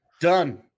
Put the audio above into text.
Done